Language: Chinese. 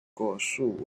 果树